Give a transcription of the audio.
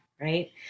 right